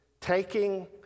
taking